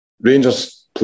Rangers